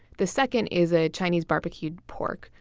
the second is a chinese barbecued pork,